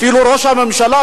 אפילו ראש הממשלה,